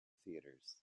theaters